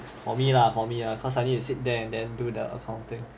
for me lah for me lah cause I need to sit there and then do the accounting